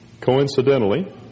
coincidentally